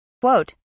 Quote